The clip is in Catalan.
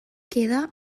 queda